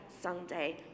Sunday